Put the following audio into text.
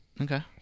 Okay